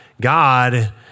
God